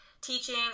teaching